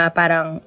parang